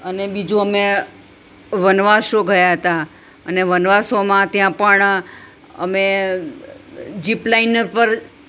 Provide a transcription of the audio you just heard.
અને બીજું અમે વનવાસો ગયા હતા અને વનવાસોમાં ત્યાં પણ અમે જીપ લાઇનર પર